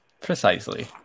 Precisely